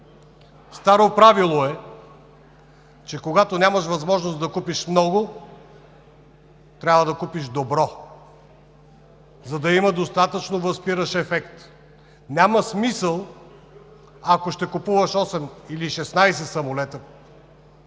старо правило е, че когато нямаш възможност да купиш много, трябва да купиш добро, за да има достатъчно възпиращ ефект. Няма смисъл, ако ще купуваш осем или шестнадесет